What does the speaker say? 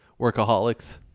workaholics